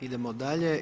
Idemo dalje.